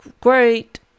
great